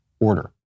order